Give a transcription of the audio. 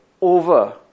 over